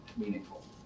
meaningful